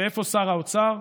ואיפה שר האוצר?